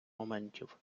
моментів